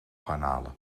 garnalen